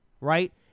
Right